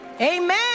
amen